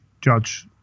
judge